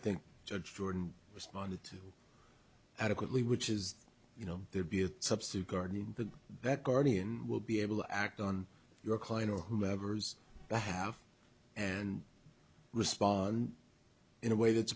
think jordan responded adequately which is you know there'd be a substitute guardian that guardian will be able to act on your client or whoever's the have and respond in a way that's